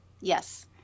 Yes